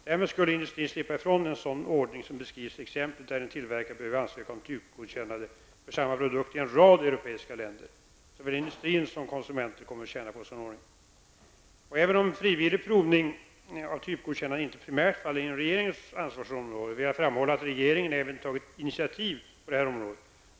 Industrin skulle därmed slippa en sådan ordning som beskrivs i exemplet, där en tillverkare behöver ansöka om typgodkännande för samma produkt i en rad europeiska länder. Såväl industrin som konsumenter kommer att tjäna på en sådan ordning. Även om frivillig provning för typgodkännande inte primärt faller inom regeringens ansvarsområde, vill jag framhålla att regeringen även har tagit initiativ på detta område.